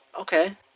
Okay